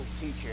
teacher